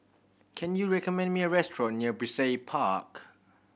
can you recommend me a restaurant near Brizay Park